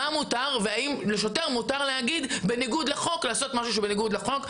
האם לשוטר מותר לעשות משהו בניגוד לחוק.